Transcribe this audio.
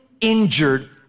injured